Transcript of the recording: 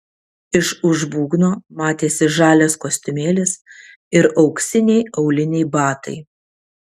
iš už būgno matėsi žalias kostiumėlis ir auksiniai auliniai batai